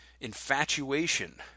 infatuation